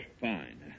Fine